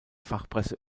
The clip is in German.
fachpresse